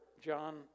John